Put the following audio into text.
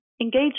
Engage